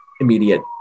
immediate